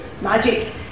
magic